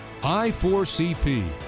i4cp